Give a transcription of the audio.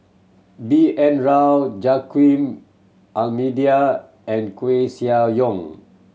B N Rao Joaquim and Koeh Sia Yong